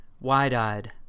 Wide-eyed